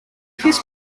kiss